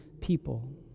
people